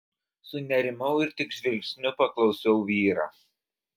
sunerimau ir tik žvilgsniu paklausiau vyrą